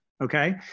okay